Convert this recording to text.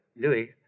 Louis